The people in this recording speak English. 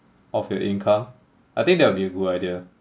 of your income I think that will be a good idea